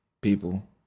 people